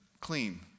clean